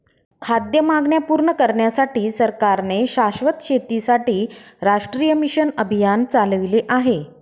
खाद्य मागण्या पूर्ण करण्यासाठी सरकारने शाश्वत शेतीसाठी राष्ट्रीय मिशन अभियान चालविले आहे